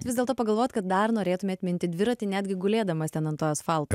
vis dėlto pagalvojot kad dar norėtumėt minti dviratį netgi gulėdamas ten ant asfalto